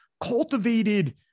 cultivated